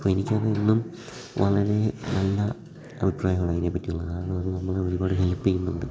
അപ്പം എനിക്കതിൽ എന്നും വളരെ നല്ല അഭിപ്രായങ്ങൾ അതിനെ പറ്റിയുള്ള കാരണം അത് നമ്മളെ ഒരുപാട് ഹെൽപ്പ് ചെയ്യുന്നുണ്ട്